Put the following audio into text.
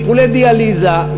טיפולי דיאליזה,